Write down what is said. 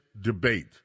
debate